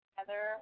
together